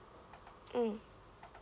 mm